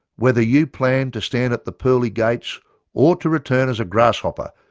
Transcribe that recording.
whether you plan to stand at the pearly gates or to return as a grasshopper,